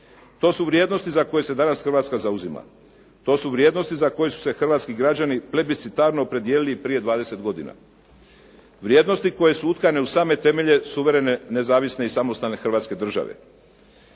To su vrijednosti za koje se danas Hrvatska zauzima. To su vrijednosti za koje su se hrvatski građani plebiscitarno opredijelili i prije 20 godina. Vrijednosti koje su utkane u same temelje suverene, nezavisne i samostalne Hrvatske države.